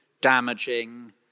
damaging